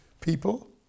people